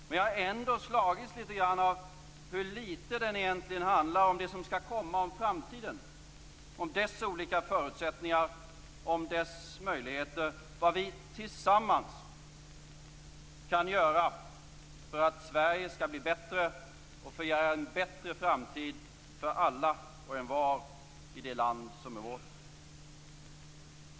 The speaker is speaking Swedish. Men jag har ändå slagits av hur litet det egentligen handlar om det som skall komma i framtiden, om olika förutsättningar och möjligheter och vad vi tillsammans kan göra för att Sverige skall bli bättre och få ge en bättre framtid för alla och envar i det land som är vårt.